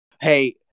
hey